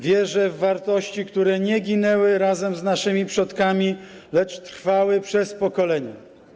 Wierzę w wartości, które nie ginęły razem z naszymi przodkami, lecz trwały przez pokolenia.